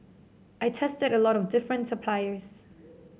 I tested a lot of different suppliers